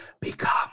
Become